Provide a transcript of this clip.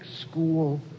school